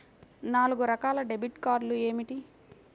నాలుగు రకాల డెబిట్ కార్డులు ఏమిటి?